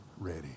ready